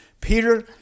Peter